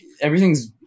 everything's